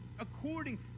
according